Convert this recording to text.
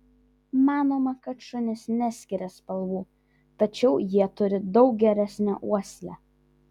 manoma kad šunys neskiria spalvų tačiau jie turi daug geresnę uoslę